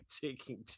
taking